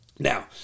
Now